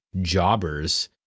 jobbers